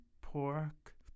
pork